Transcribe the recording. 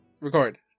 record